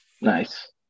Nice